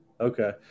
Okay